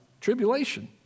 tribulation